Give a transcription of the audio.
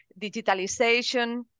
digitalization